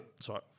Sorry